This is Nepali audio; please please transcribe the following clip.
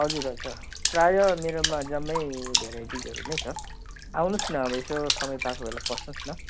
हजुर हजुर छ प्रायः मेरोमा जम्मै भेराइटिजहरू नै छ आउनुहोस् न अब यसो समय पाएको बेलामा पस्नुहोस् न